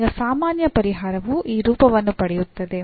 ಈಗ ಸಾಮಾನ್ಯ ಪರಿಹಾರವು ಈ ರೂಪವನ್ನು ಪಡೆಯುತ್ತದೆ